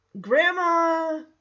Grandma